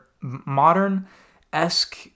modern-esque